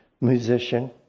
musician